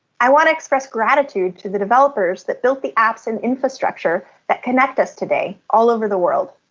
i want to express gratitude to the developers that built the apps and infrastructure that connect us today all over the world.